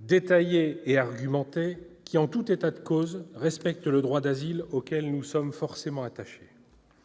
détaillé et argumenté qui, en tout état de cause, respecte le droit d'asile auquel nous sommes foncièrement attachés.